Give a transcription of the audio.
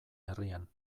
herrian